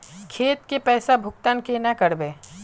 खेत के पैसा भुगतान केना करबे?